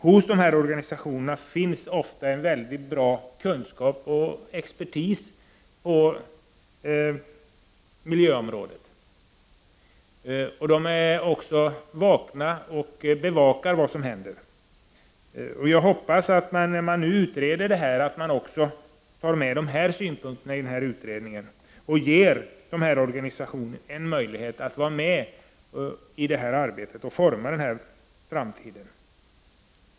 Hos dessa organisationer finns ofta god kunskap och expertis på miljöområdet. Organisationerna bevakar vad som händer. Jag hoppas att man också tar med dessa syn punkter i utredningen och ger organisationerna en möjlighet att vara med i arbetet och forma framtiden.